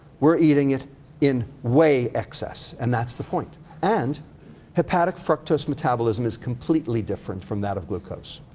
we're eating it in way excess. and that's the point. and hepatic fructose metabolism is completely different from that of glucose.